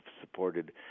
supported